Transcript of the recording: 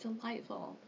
delightful